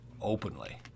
openly